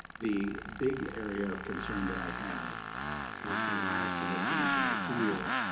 the big area of concern that i have is the lack of attention, i feel,